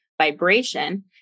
vibration